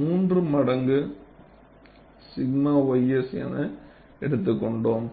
மூன்று மடங்கு 𝛔 ys என எடுத்துக்கொண்டோம்